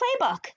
playbook